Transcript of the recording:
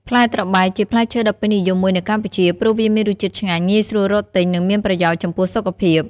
ផ្លែត្របែក ជាផ្លែឈើដ៏ពេញនិយមមួយនៅកម្ពុជា ព្រោះវាមានរសជាតិឆ្ងាញ់ ងាយស្រួលរកទិញ និងមានប្រយោជន៍ចំពោះសុខភាព។